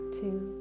two